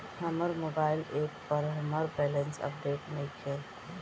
हमर mobile app पर हमर बैलेंस अपडेट नइखे